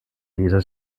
leser